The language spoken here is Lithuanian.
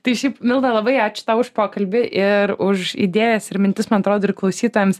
tai šiaip milda labai ačiū tau už pokalbį ir už idėjas ir mintis man atrodo ir klausytojams